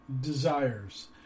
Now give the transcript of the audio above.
desires